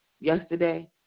yesterday